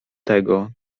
tego